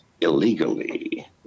illegally